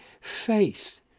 faith